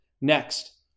Next